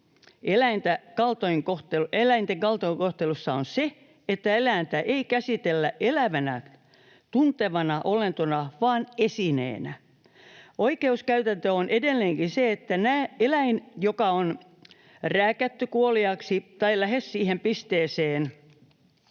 eläinten kaltoinkohtelussa on se, että eläintä ei käsitellä elävänä, tuntevana olentona vaan esineenä. Oikeuskäytäntö on edelleenkin se, että kuoliaaksi tai lähes siihen pisteeseen